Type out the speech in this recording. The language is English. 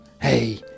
Hey